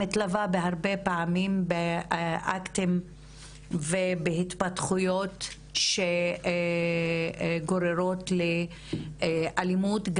מלווה הרבה פעמים באקטים ובהתפתחויות שגוררות אלימות,